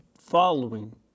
following